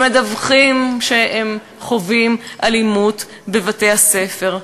שמדווחים שהם חווים אלימות בבתי-הספר,